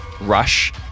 rush